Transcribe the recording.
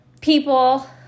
people